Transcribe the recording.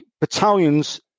battalions